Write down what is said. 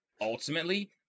ultimately